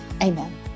Amen